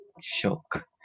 shock